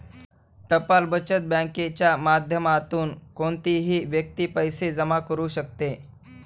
टपाल बचत बँकेच्या माध्यमातून कोणतीही व्यक्ती पैसे जमा करू शकते